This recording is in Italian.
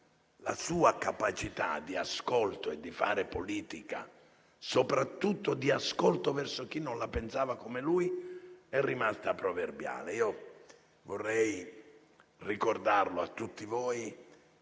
La sua capacità di ascolto e di fare politica, soprattutto di ascolto verso chi non la pensava come lui, è rimasta proverbiale. Vorrei ricordarlo a tutti voi,